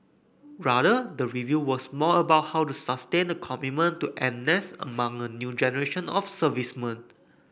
rather the review was more about how to sustain the commitment to N S among a new generation of servicemen